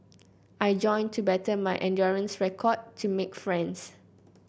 I joined to better my endurance record to make friends